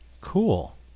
Cool